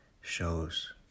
shows